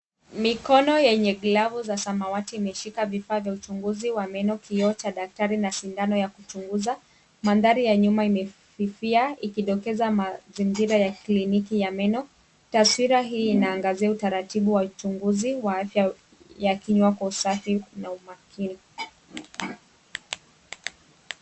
Mikono yenye glovu za samawati imeshika vifaa vya uchunguzi wa meno, kioo cha daktari na sindano ya kuchunguza. Mandhari ya nyuma imefifia ikidokeza mazingira ya kliniki ya meno. Taswira hii inaangazia utaratibu wa uchunguzi wa afya ya kinywa kwa usafi na umakini.